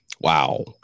Wow